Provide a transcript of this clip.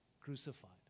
crucified